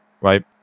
right